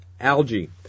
algae